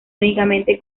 únicamente